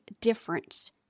difference